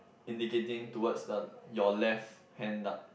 indicating towards the your left hand dart